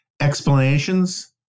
explanations